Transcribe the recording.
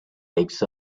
takes